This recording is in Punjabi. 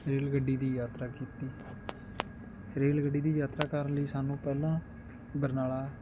ਰੇਲ ਗੱਡੀ ਦੀ ਯਾਤਰਾ ਕੀਤੀ ਰੇਲ ਗੱਡੀ ਦੀ ਯਾਤਰਾ ਕਰਨ ਲਈ ਸਾਨੂੰ ਪਹਿਲਾਂ ਬਰਨਾਲਾ